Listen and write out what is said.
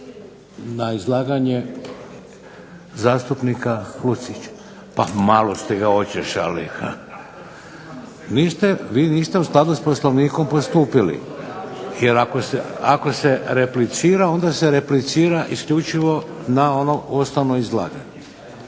na izlaganje zastupnika Lucića, pa malo ste ga očešali. Vi niste u skladu s POslovnikom postupali, jer ako se replicira onda se replicira na ono osnovno izlaganje,